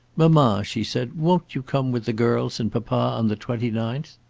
mamma, she said, won't you come with the girls and papa on the twenty ninth?